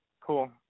cool